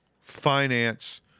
finance